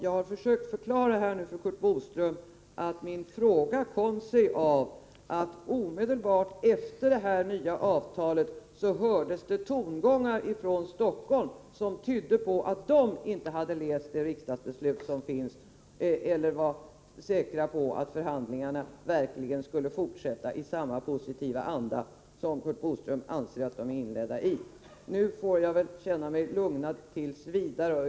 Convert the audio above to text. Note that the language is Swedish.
Jag har försökt förklara för Curt Boström att min fråga kom sig av att det omedelbart efter det nya avtalet hördes tongångar från Stockholm, som 19 tydde på att man där inte hade läst det riksdagsbeslut som finns eller var säker på att förhandlingar verkligen skall fortsätta i samma positiva anda som Curt Boström anser att de är inledda i. Nu får jag väl känna mig lugnad tills vidare.